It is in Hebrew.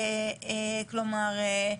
כלומר,